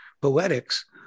poetics